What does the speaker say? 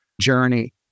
journey